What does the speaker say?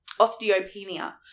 osteopenia